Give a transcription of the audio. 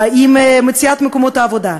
עם מציאת מקומות עבודה.